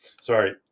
sorry